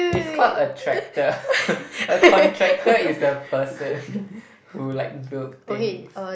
it's called a tractor a contractor is the person who like build things